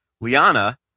Liana